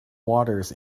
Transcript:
waters